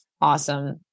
awesome